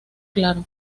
claro